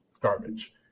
garbage